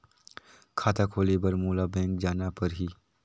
खाता खोले बर मोला बैंक जाना परही?